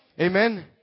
Amen